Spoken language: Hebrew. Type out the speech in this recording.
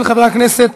של חבר הכנסת